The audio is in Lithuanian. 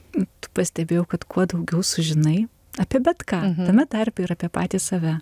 pastebėjau kad kuo daugiau sužinai apie bet ką tame tarpe ir apie patį save